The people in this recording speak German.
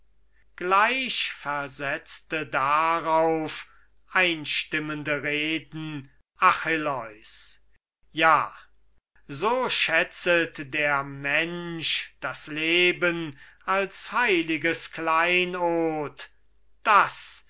gleich versetzte darauf einstimmende reden achilleus ja so schätzt der mensch das leben als heiliges kleinod daß